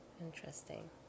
Interesting